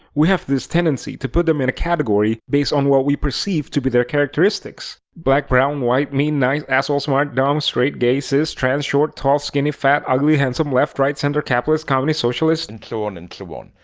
we have this tendency to put them in a category based on what we perceive to be their characteristics. black, brown, white, mean, nice, asshole, smart, dumb, straight, gay, cis, trans, short, tall, skinny, fat, ugly, handsome, left, right, center, capitalist, communist, socialist and so on and so on.